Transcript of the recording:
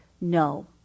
no